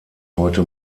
heute